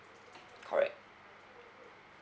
correct